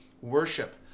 worship